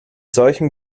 solchem